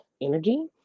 energy